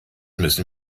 müssen